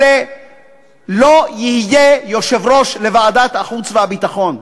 לא יהיה יושב-ראש לוועדת החוץ והביטחון.